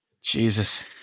Jesus